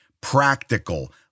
practical